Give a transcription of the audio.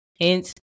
Hence